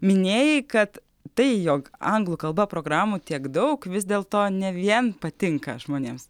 minėjai kad tai jog anglų kalba programų tiek daug vis dėlto ne vien patinka žmonėms